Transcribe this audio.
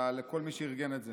לכל מי שארגן את זה: